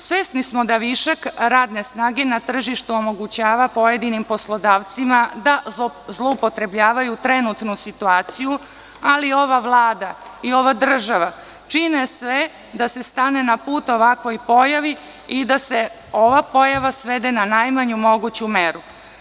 Svesni smo da višak radne snage na tržištu omogućava pojedinim poslodavcima da zloupotrebljavaju trenutnu situaciju, ali ova Vlada i ova država čine sve da se stane na put ovakvoj pojavi i da se ova pojava svede na najmanju moguću meru.